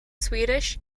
swedish